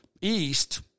East